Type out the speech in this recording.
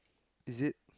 is it